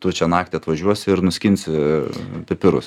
tu čia naktį atvažiuosi ir nuskinsi pipirus